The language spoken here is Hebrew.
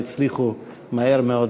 שכולנו יודעים,